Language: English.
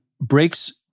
breaks